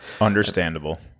understandable